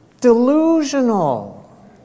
delusional